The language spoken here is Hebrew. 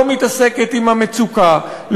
לא מתעסקת עם המצוקה,